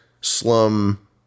slum